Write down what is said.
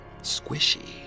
squishy